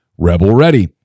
#RebelReady